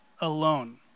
alone